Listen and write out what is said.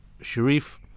Sharif